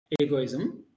egoism